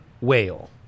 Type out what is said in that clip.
whale